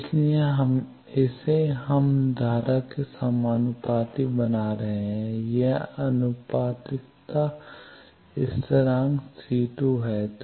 इसलिए इसे हम धारा के समानुपाती बना रहे हैं यह आनुपातिकता स्थिरांक C2 है